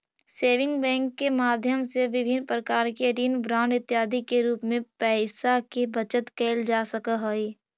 saving bank के माध्यम से विभिन्न प्रकार के ऋण बांड इत्यादि के रूप में पैइसा के बचत कैल जा सकऽ हइ